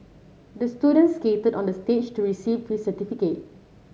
the student skated onto the stage to receive his certificate